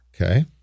Okay